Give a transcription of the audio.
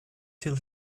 till